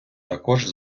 також